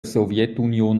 sowjetunion